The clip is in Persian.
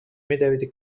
میدویدی